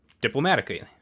diplomatically